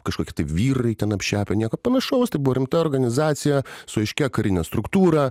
kažkokie tai vyrai ten apšepę nieko panašaus tai buvo rimta organizacija su aiškia karine struktūra